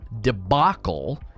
debacle